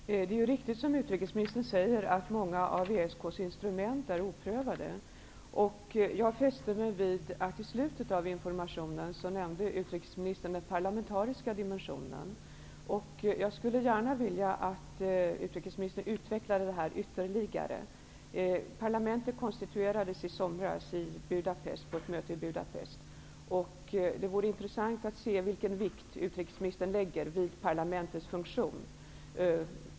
Fru talman! Det är riktigt som utrikesministern säger att många av ESK:s instrument är oprövade. Jag fäste mig vid att utrikesministern i slutet av informationen nämnde den parlamentariska dimensionen. Jag skulle gärna vilja att utrikesministern utvecklade detta ytterligare. Parlamentet konstituerades i somras på ett möte i Budapest. Det vore intressant att höra vilken vikt utrikesministern lägger vid parlamentets funktion.